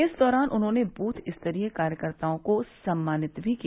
इस दौरान उन्होंने बूथ स्तरीय कार्यकर्ताओं को सम्मानित भी किया